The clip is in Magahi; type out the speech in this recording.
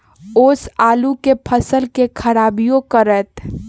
ओस आलू के फसल के खराबियों करतै?